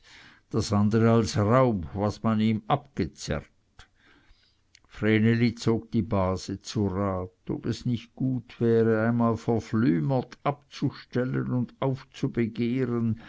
das andere als raub was man ihm abgezerrt vreneli zog die base zu rat ob es nicht gut wäre einmal verflümert abzustellen und aufzubegehren